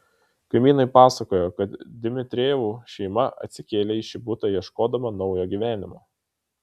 kaimynai pasakojo kad dmitrijevų šeima atsikėlė į šį butą ieškodama naujo gyvenimo